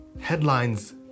Headlines